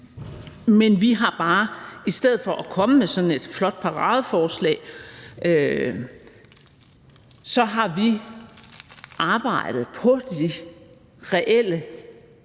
Men i stedet for at komme med sådan et flot paradeforslag har vi arbejdet på de reelle